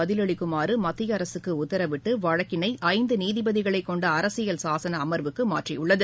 பதிலளிக்குமாறு மத்தியஅரசுக்கு உத்தரவிட்டு வழக்கினை ஐந்து நீதிபதிகளை கொண்ட அரசியல் சாசன அமர்வுக்கு மாற்றியுள்ளது